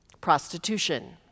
prostitution